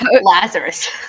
Lazarus